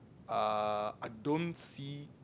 uh I don't see